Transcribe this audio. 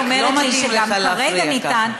כשאת באה ואת אומרת לי שגם כרגע ניתן,